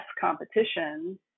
competition